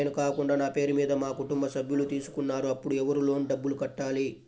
నేను కాకుండా నా పేరు మీద మా కుటుంబ సభ్యులు తీసుకున్నారు అప్పుడు ఎవరు లోన్ డబ్బులు కట్టాలి?